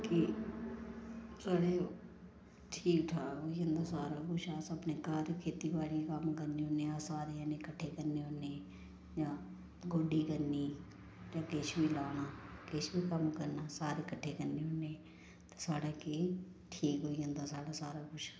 बाकी साढ़ै ठीक ठाक होई जंदा सारा कुछ अस अपने घर दी खेतीबाड़ी कम्म करने होन्ने आं सारे जने कट्ठे करने होन्ने जां गोड्डी करनी जां किश बी लाना किश बी कम्म करना सारे कट्ठे करने होन्ने साढ़े केह् कि ठीक होई जंदा साढ़ा सारा कुछ